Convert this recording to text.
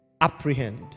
apprehend